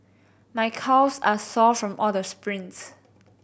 my calves are sore from all the sprints